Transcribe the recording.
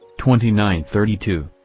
twenty nine thirty two.